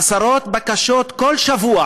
עשרות בקשות כל שבוע,